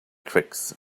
tricks